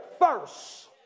first